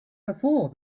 before